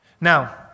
Now